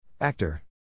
Actor